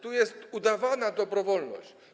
Tu jest udawana dobrowolność.